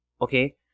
okay